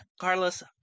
Carlos